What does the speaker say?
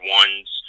ones